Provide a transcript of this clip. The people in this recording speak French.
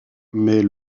mais